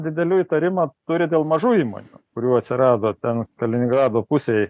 didelių įtarimą turi dėl mažų įmonių kurių atsirado ten kaliningrado pusėj